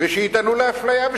ויטענו לאפליה,